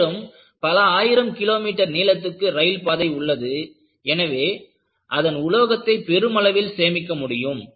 மேலும் பல ஆயிரம் கிலோமீட்டர் நீளத்திற்கு ரயில் பாதை உள்ளது எனவே அதன் உலோகத்தை பெருமளவில் சேமிக்க முடியும்